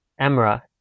Emra